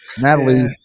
Natalie